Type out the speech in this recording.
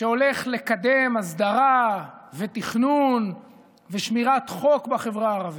שהולך לקדם הסדרה ותכנון ושמירת חוק בחברה הערבית,